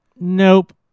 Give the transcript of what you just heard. Nope